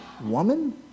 woman